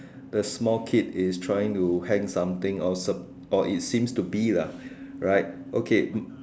the small kid is trying to hang something or sup~ or it seems to be lah right okay